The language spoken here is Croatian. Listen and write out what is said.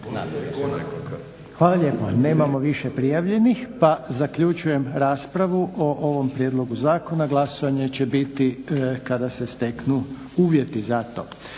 Hvala lijepo. Nemamo više prijavljenih pa zaključujem raspravu o ovom prijedlogu zakona. Glasovanje će biti kada se steknu uvjeti za to.